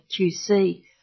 QC